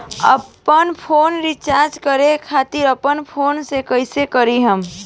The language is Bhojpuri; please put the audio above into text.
हमार फोन के रीचार्ज करे खातिर अपने फोन से कैसे कर पाएम?